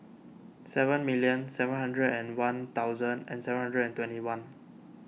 seven million seven hundred and one thousand and seven hundred and twenty one